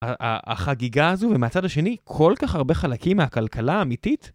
החגיגה הזו, ומהצד השני, כל כך הרבה חלקים מהכלכלה האמיתית?